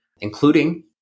including